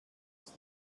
ist